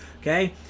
okay